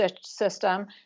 system